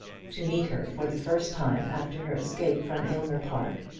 to meet her for the first time after her escape from aylmer park,